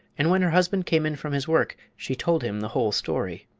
and when her husband came in from his work she told him the whole story.